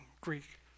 Greek